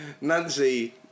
Nancy